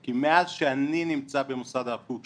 כי מאז שאני נמצא במוסד הרב קוק,